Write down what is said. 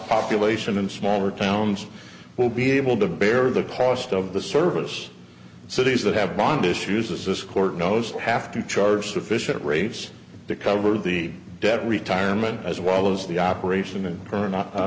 profit lation in smaller towns will be able to bear the cost of the service cities that have bond issues as this court knows have to charge sufficient rates to cover the debt retirement as well as the operation of her not